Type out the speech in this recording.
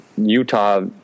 Utah